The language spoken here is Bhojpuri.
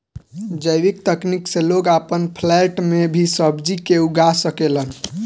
जैविक तकनीक से लोग आपन फ्लैट में भी सब्जी के उगा सकेलन